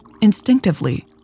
Instinctively